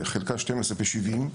זה חלקות 12 ו-70,